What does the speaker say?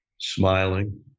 smiling